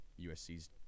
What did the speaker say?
USC's